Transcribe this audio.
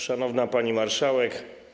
Szanowna Pani Marszałek!